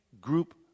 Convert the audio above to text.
group